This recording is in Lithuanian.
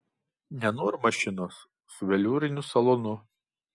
nenoriu mašinos su veliūriniu salonu